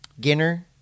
Ginner